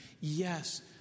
Yes